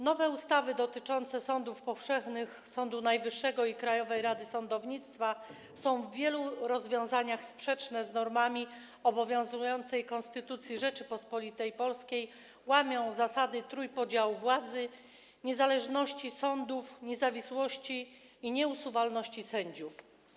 Nowe ustawy dotyczące sądów powszechnych, Sądu Najwyższego i Krajowej Rady Sądownictwa są w wielu rozwiązaniach sprzeczne z normami obowiązującej Konstytucji Rzeczypospolitej Polskiej, łamią zasady trójpodziału władzy, niezależności sądów, niezawisłości i nieusuwalności sędziów.